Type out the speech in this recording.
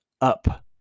up